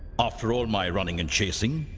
after all my running and chasing?